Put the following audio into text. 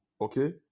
Okay